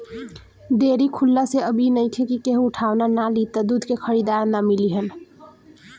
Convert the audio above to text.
dairy खुलला से अब इ नइखे कि केहू उठवाना ना लि त दूध के खरीदार ना मिली हन